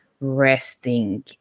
resting